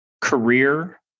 career